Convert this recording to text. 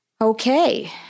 Okay